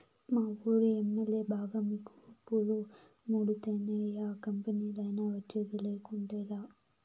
మావూరి MLA బాగా మికుపులు ముడితేనే యా కంపెనీలైనా వచ్చేది, లేకుంటేలా